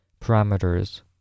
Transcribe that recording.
Parameters